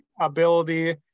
ability